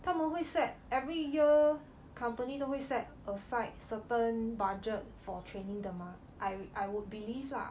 他们会 set every year company 都会 set aside certain budget for training 的吗 I I would believe lah